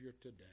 today